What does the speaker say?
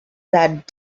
that